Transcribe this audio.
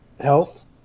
health